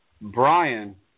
Brian